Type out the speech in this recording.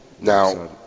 Now